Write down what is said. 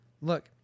Look